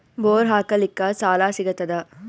Bore ಹಾಕಲಿಕ್ಕ ಸಾಲ ಸಿಗತದ?